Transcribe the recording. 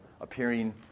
appearing